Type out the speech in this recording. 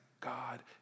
God